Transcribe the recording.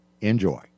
Enjoy